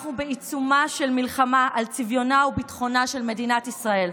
אנחנו בעיצומה של מלחמה על צביונה וביטחונה של מדינת ישראל.